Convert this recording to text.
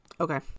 okay